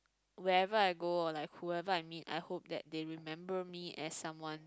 wherever I go or like whoever I meet I hope that they remember me as someone